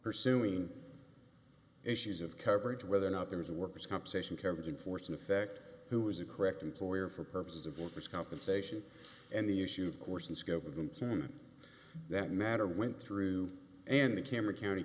pursuing issues of coverage whether or not there is a workers compensation coverage in force in effect who is a correct employer for purposes of workers compensation and the issue of course and scope of employment that matter went through and the camera county